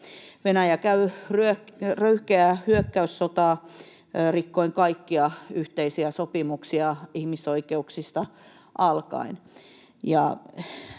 Venäjä käy röyhkeää hyökkäyssotaa rikkoen kaikkia yhteisiä sopimuksia ihmisoikeuksista alkaen,